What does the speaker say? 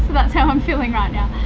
that's how i'm feeling right now.